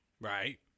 Right